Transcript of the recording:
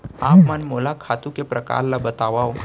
आप मन मोला खातू के प्रकार ल बतावव?